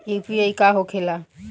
UPI का होखेला?